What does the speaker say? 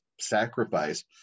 sacrifice